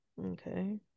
okay